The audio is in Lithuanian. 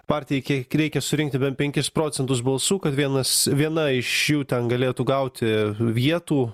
partijai kiek reikia surinkti bent penkis procentus balsų kad vienas viena iš jų ten galėtų gauti vietų